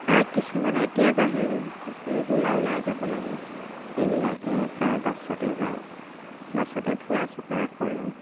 কিছুমানে এতিয়া বাহিৰ ৰেগুলাৰ ওলাই যাব লাগে সেইবিলাকে প্ৰায় বাছতে যায় বাছতে ফুৰা চকা কৰে